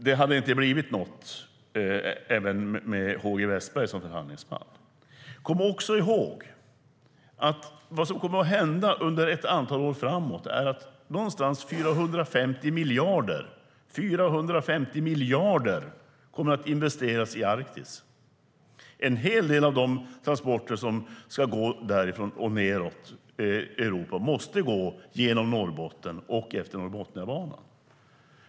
Det skulle inte ha blivit något med H G Wessberg som förhandlingsman heller. Kom ihåg att vad som kommer att hända under ett antal år framåt är att någonstans runt 450 miljarder kommer att investeras i Arktis. En hel del av de transporter som ska gå därifrån och nedåt Europa måste gå genom Norrbotten och efter Norrbotniabanan.